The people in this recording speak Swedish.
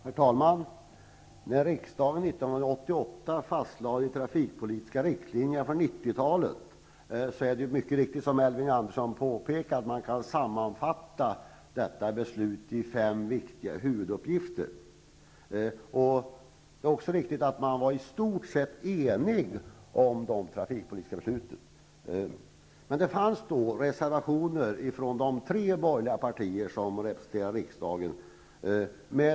Herr talman! År 1988 lade riksdagen fast de trafikpolitiska riktlinjerna för 90-talet. Som Elving Andersson påpekar kan man sammanfatta detta beslut i fem viktiga huvuduppgifter. Det är också riktigt att man i stort sett var överens om de trafikpolitiska besluten. Det fanns emellertid reservationer med olika innehåll från de tre borgerliga partier som representerade riksdagen.